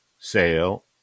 sale